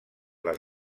les